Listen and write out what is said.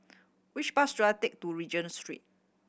which bus should I take to Regent Street